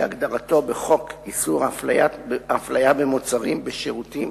כהגדרתו בחוק איסור הפליה במוצרים, בשירותים